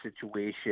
situation